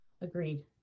Agreed